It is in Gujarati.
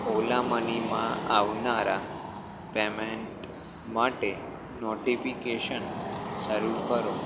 ઓલા મનીમાં આવનારા પેમેંટ માટે નોટીફિકેશન શરૂ કરો